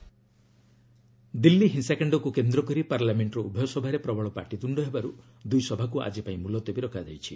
Lok Sabha adjourn Delhi ହିଂସାକାଣ୍ଡକୁ କେନ୍ଦ୍ର କରି ପାର୍ଲାମେଣ୍ଟର ଉଭୟସଭାରେ ପ୍ରବଳ ପାଟିତୁଣ୍ଡ ହେବାରୁ ଦୁଇ ସଭାକୁ ଆଜି ପାଇଁ ମୁଲତବୀ ରଖାଯାଇଛି